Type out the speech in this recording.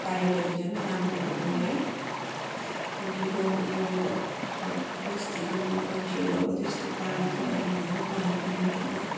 पायो भने झन् राम्रो हो है क्योँकि गाउँ गाउँ घर घर बस्तीको मान्छेहरू अब त्यस्तो पढालेखा पनि हुँदैनन् धनी पनि हुँदैन